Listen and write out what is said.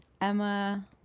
Emma